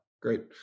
Great